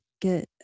get